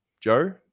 Joe